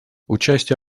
участие